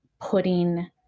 putting